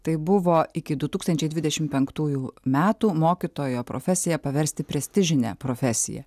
tai buvo iki du tūkstančiai dvidešimtpenktųjų metų mokytojo profesiją paversti prestižine profesija